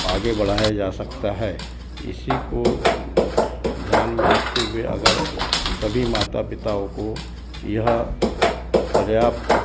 आगे बढ़ाया जा सकता है इसी को ध्यान में रखते हुए अगर सभी माता पिताओं को यह पर्याप्त